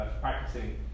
practicing